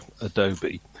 Adobe